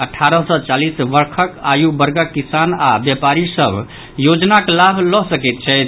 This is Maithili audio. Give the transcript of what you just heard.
अठारह सॅ चालीस वर्षक आयुवर्गक किसान आओर व्यापारी सभ योजनाक लाभ लऽ सकैत छथि